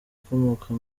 ukomoka